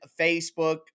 Facebook